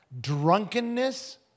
drunkenness